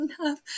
enough